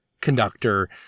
conductor